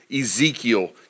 Ezekiel